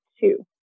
two